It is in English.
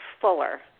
fuller